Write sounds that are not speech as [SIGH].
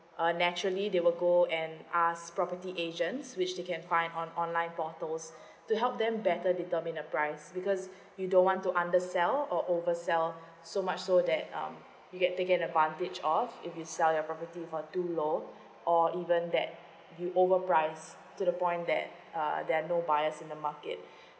uh naturally they will go and ask property agents which they can find on online portals to help them better determine the price because you don't want to undersell or oversell so much so that um you get taken advantage of if you sell the property for too low or even that you overprice us to the point that uh there're no buyers in the market [BREATH]